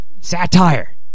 Satire